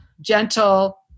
gentle